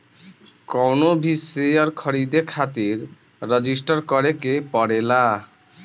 कवनो भी शेयर खरीदे खातिर रजिस्टर करे के पड़ेला